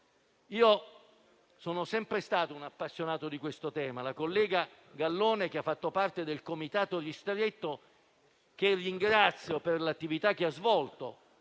sono sempre stato un appassionato di questo tema, come sa la collega Gallone, che ha fatto parte del comitato ristretto, che ringrazio per l'attività che ha svolto.